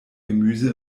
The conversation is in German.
gemüse